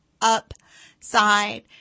upside